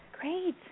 Great